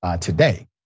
today